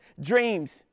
dreams